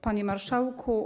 Panie Marszałku!